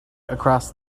across